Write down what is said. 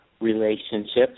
relationships